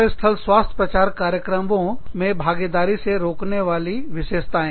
कार्यस्थल स्वास्थ्य प्रचार कार्यक्रमों में भागीदारी से रोकने वाले अभिलक्षणविशेषताएं